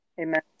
Amen